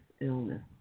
Illness